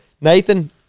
Nathan